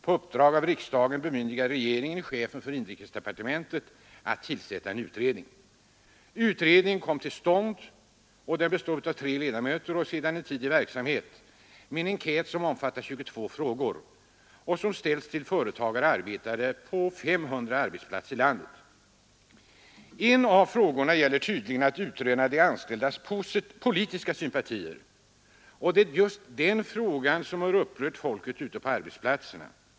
På uppdrag av riksdagen bemyndigade regeringen chefen för inrikesdepartementet att tillsätta en utredning. Utredningen kom att bestå av tre ledamöter och är sedan en tid i verksamhet med en enkät som omfattar 22 frågor, som ställs till företagare och arbetare på 500 arbetsplatser i landet. En av frågorna gäller tydligen att utröna de anställdas politiska sympatier. Det är just den frågan som upprört folket ute på arbetsplatserna.